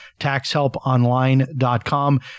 taxhelponline.com